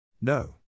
No